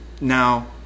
Now